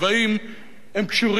קשורים לארצות-הברית.